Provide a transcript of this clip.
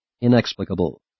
inexplicable